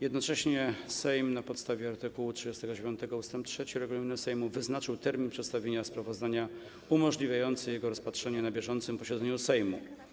Jednocześnie Sejm na podstawie art. 39 ust. 3 regulaminu Sejmu wyznaczył termin przedstawienia sprawozdania umożliwiający jego rozpatrzenie na bieżącym posiedzeniu Sejmu.